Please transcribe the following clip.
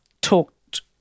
talked